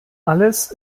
alles